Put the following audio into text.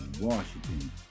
Washington